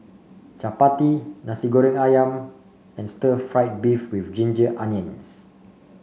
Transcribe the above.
Chappati Nasi Goreng ayam and Stir Fried Beef with Ginger Onions